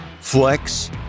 flex